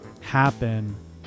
happen